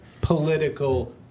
political